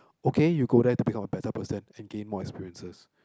okay you go there to be a better person and gain more experiences